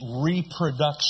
reproduction